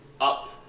up